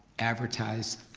advertised